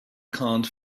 can’t